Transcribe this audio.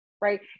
right